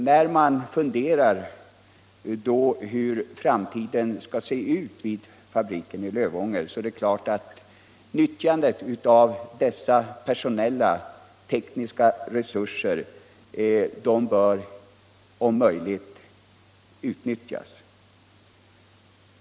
När man funderar över hur framtiden skall komma att se ut vid fabriken i Lövånger kommer man självfallet fram till att dessa personella resurser om möjligt bör utnyttjas.